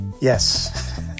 Yes